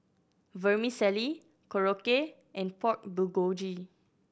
Vermicelli Korokke and Pork Bulgogi